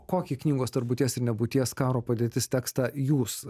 kokį knygos tarp būties ir nebūties karo padėtis tekstą jūs